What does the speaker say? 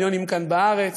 מיליונים כאן בארץ,